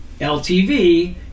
ltv